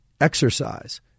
exercise